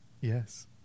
Yes